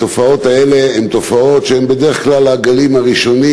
התופעות האלה הן בדרך כלל הגלים הראשונים,